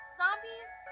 zombies